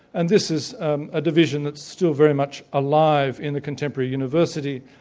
and this is a division that's still very much alive in the contemporary university.